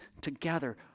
together